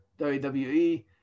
WWE